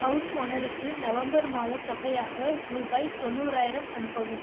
house ஓனருக்கு November மாத தொகையாக ரூபாய் தொண்ணூறாயிரம் அனுப்பவும்